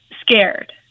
scared